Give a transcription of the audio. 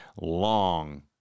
long